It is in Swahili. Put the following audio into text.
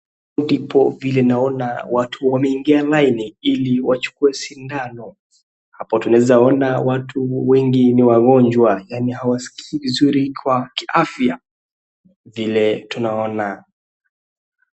Ndipo vile ninaona watu wameingia laini ili wachukue sindano. Hapo tunaweza ona watu wengi ni wagonjwa yaani hawaskii vizuri kwa kiafya vile tunaona.